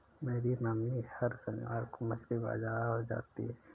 मेरी मम्मी हर शनिवार को मछली बाजार जाती है